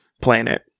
planet